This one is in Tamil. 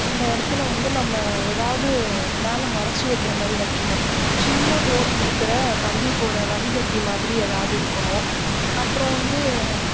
அந்த இடத்துல வந்து நம்ம ஏதாவது மேலே மறைச்சி வைக்கிற மாதிரி வைக்கிணும் சின்ன ஹோல் இருக்கிற தண்ணி போகிற வடிகட்டி மாதிரி ஏதாவது இருக்கணும் அப்புறம் வந்து